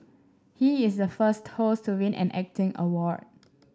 he is the first host to win an acting award